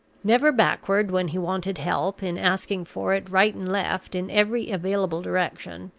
never backward, when he wanted help, in asking for it right and left in every available direction,